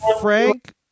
Frank